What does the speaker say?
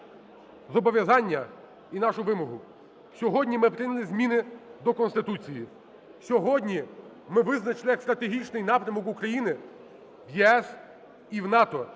зобов'язання і нашу вимогу, сьогодні ми прийняли зміни до Конституції. Сьогодні ми визначили як стратегічний напрямок України в ЄС і в НАТО.